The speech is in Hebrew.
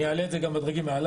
אני אעלה את זה גם בדרגים מעלי.